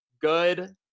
Good